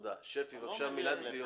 שפי, בבקשה, מילת סיום.